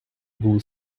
були